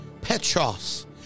Petros